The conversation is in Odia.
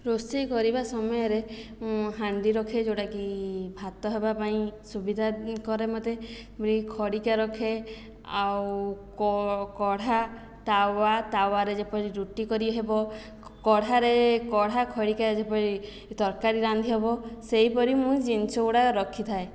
ରୋଷେଇ କରିବା ସମୟରେ ମୁଁ ହାଣ୍ଡି ରଖେ ଯେଉଁଟାକି ଭାତ ହେବା ପାଇଁ ସୁବିଧା କରେ ମୋତେ ଆମରି ଖଡ଼ିକା ରଖେ ଆଉ କଢ଼ା ତାୱା ତାୱାରେ ଯେପରି ରୁଟି କରି ହେବ କଢ଼ାରେ କଢ଼ା ଖଡ଼ିକା ଯେପରି ତରକାରୀ ରାନ୍ଧି ହେବ ସେହିପରି ମୁଁ ଜିନିଷଗୁଡ଼ିକ ରଖିଥାଏ